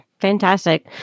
fantastic